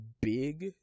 big